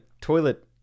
toilet